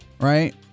right